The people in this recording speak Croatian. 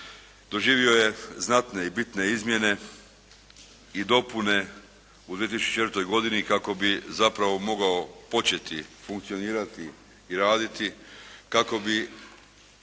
doživio je znatne i bitne izmjene i dopune u 2004. godini kako bi zapravo mogao početi funkcionirati i raditi, kako bi